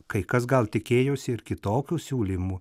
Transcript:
kai kas gal tikėjosi ir kitokių siūlymų